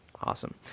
Awesome